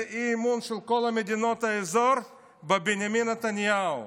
זה אי-אמון של כל מדינות האזור בבנימין נתניהו.